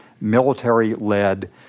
military-led